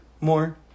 more